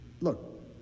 look